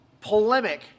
polemic